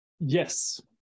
Yes